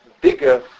bigger